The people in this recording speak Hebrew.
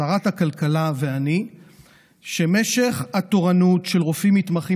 שרת הכלכלה ואני שמשך התורנות של רופאים מתמחים